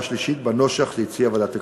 שלישית בנוסח שהציעה ועדת הכלכלה.